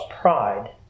pride